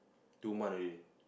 two month away